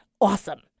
awesome